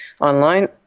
online